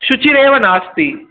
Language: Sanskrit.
शुचिरेव नास्ति